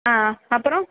ஆ அப்புறோம்